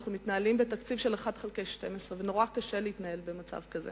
אנחנו מתנהלים בתקציב של 1 חלקי 12 ונורא קשה להתנהל במצב כזה,